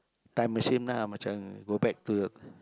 time machine ah macam go back to